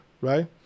right